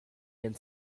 and